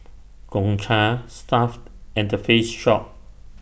Gongcha Stuff'd and The Face Shop